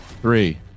Three